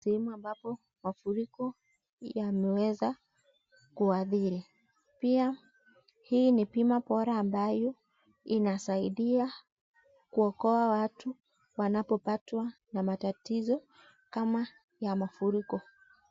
Sehemu ambapo, mafuriko, yameweza kuadiri, pia, hii ni bima bora ambayo, inasaidia, kuokoa watu, wanapopatwa, na matatizo, kama ya mafuriko.